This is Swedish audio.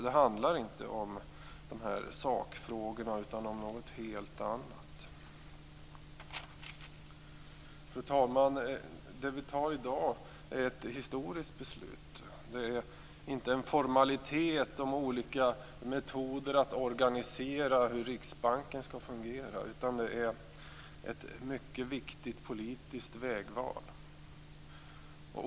Det handlar inte om dessa sakfrågor utan om något helt annat. Fru talman! Det beslut som vi fattar i dag är ett historiskt beslut. Det är inte en formalitet om olika metoder att organisera hur Riksbanken skall fungera, utan det är ett mycket viktigt politiskt vägval.